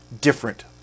different